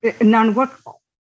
non-workable